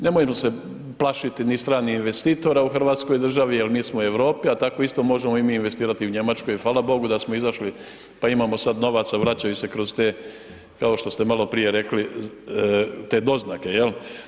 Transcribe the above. Nemojmo se plašiti ni stranih investitora u hrvatskoj državi jer mi smo u Europi a tako isto možemo i mi investirati u Njemačkoj i fala bogu da smo izašli pa imamo sad novaca, vraćaju se kroz te kao što ste maloprije rekli te doznake, jel.